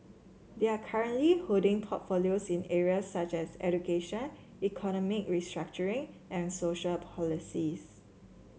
they are currently holding portfolios in areas such as education economic restructuring and social policies